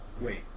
wait